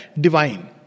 Divine